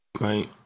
Right